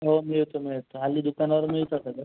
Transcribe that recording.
हो मिळतो मिळतो हल्ली दुकानावर मिळतं सगळं